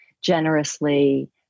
generously